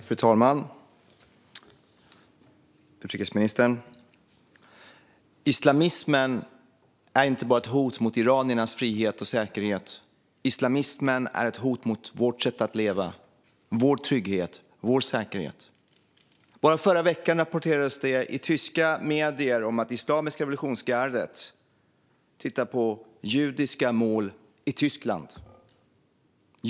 Fru talman och utrikesministern! Islamismen är inte bara ett hot mot iraniernas frihet och säkerhet. Islamismen är ett hot mot vårt sätt att leva, vår trygghet och vår säkerhet. Bara förra veckan rapporterades det i tyska medier om att Islamiska revolutionsgardet tittar på judiska mål i Tyskland.